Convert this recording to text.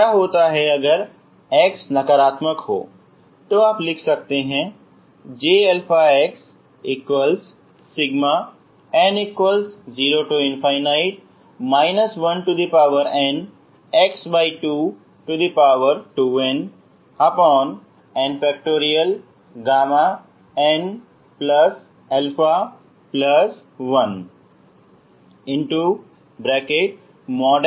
क्या होता है अगर x नकारात्मक है तो आप लिख सकते हैं Jxn0 1nx22nn